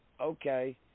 okay